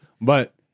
but-